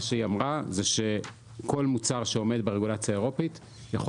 כל מוצר שעומד ברגולציה האירופית יכול